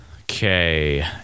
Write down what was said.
Okay